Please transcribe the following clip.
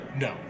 No